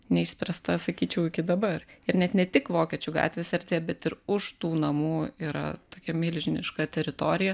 neišspręsta sakyčiau iki dabar ir net ne tik vokiečių gatvės erdvė bet ir už tų namų yra tokia milžiniška teritorija